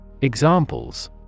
Examples